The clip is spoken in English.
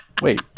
Wait